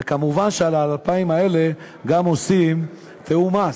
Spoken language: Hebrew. וכמובן על ה-2,000 האלה גם עושים תיאום מס.